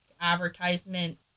advertisement